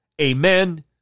Amen